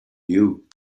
you